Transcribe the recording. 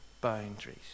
boundaries